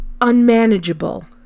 unmanageable